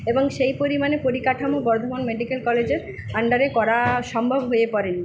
এবং সেই পরিমাণে পরিকাঠামো বর্ধমান মেডিকেল কলেজের আন্ডারে করা সম্ভব হয়ে পড়ে নি